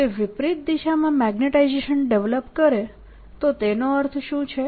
જો તે વિપરીત દિશામાં મેગ્નેટાઇઝેશન ડેવલપ કરે તો તેનો અર્થ શું છે